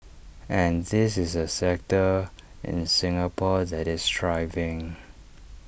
and this is A sector in Singapore that is thriving